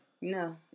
No